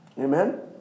Amen